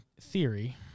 theory